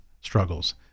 struggles